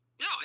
No